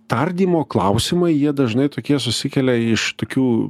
tardymo klausimai jie dažnai tokie susikelia iš tokių